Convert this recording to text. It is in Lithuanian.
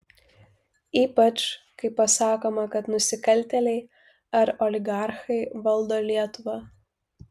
ypač kai pasakoma kad nusikaltėliai ar oligarchai valdo lietuvą